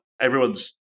everyone's